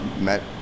met